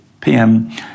PM